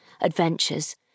adventures